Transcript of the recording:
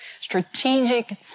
Strategic